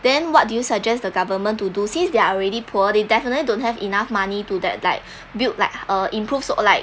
then what do you suggest the government to do since they're already poor they definitely don't have enough money to that like build like uh improved sort of like